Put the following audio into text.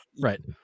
Right